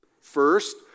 First